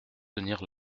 soutenir